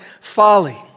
folly